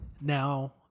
Now